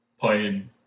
played